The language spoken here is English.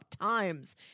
times